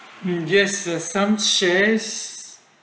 regis the some shares